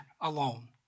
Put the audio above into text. alone